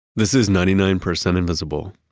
this is ninety nine percent invisible.